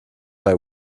bei